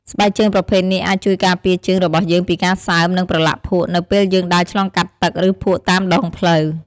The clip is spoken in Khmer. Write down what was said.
ស្បែកជើងប្រភេទនេះអាចជួយការពារជើងរបស់យើងពីការសើម និងប្រឡាក់ភក់នៅពេលយើងដើរឆ្លងកាត់ទឹក ឬភក់តាមដងផ្លូវ។